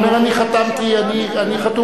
אתה מכיר,